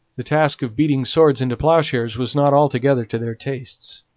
the task of beating swords into ploughshares was not altogether to their tastes.